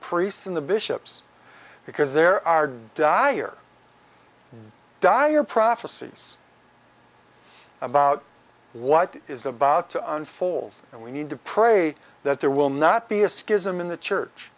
priests in the bishops because there are dire dire prophecies about what is about to unfold and we need to pray that there will not be a schism in the church